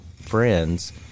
friends